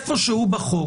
אלא איפשהו בחוק